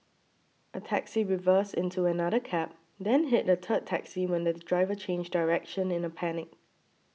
a taxi reversed into another cab then hit a third taxi when the driver changed direction in a panic